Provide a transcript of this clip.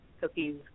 cookies